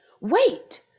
wait